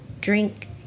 Drink